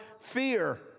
fear